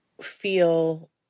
feel